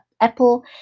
Apple